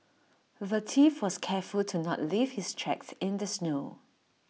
the thief was careful to not leave his tracks in the snow